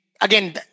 again